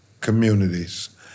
communities